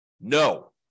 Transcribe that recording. no